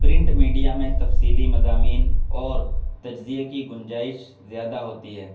print media میں تفصیلی مضامین اور تجزیے کی گنجائش زیادہ ہوتی ہے